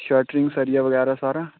shuttering सरिया बगैरा सारा